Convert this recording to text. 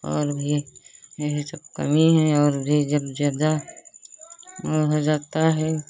और भी यही सब कमी है और यह जब ज़्यादा और हो जाता है